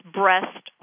breast